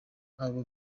abo